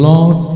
Lord